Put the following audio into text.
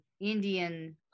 Indian